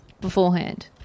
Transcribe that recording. Beforehand